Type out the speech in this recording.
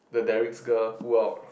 the directs girl pull out